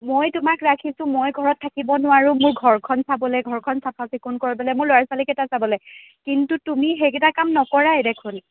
মই তোমাক ৰাখিছোঁ মই ঘৰত থাকিব নোৱাৰোঁ মোৰ ঘৰখন চাবলৈ ঘৰখন চাফা চিকুন কৰিবলৈ মোৰ ল'ৰা ছোৱালীকেইটা চাবলৈ কিন্তু তুমি সেইকেইটা কাম নকৰাই দেখোন